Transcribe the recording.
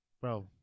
Bro